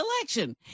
election